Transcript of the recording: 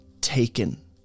taken